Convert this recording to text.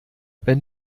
wenn